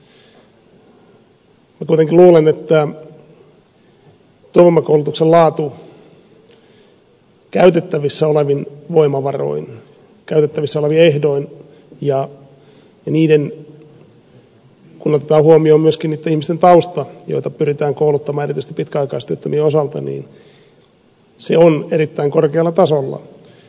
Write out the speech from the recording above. minä kuitenkin luulen että työvoimakoulutuksen laatu käytettävissä olevin voimavaroin käytettävissä olevin ehdoin ja kun otetaan huomioon myöskin niitten ihmisten tausta joita pyritään kouluttamaan erityisesti pitkäaikaistyöttömien osalta on erittäin korkealla tasolla